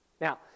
Now